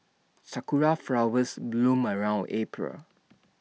Sakura Flowers bloom around April